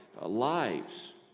lives